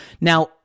Now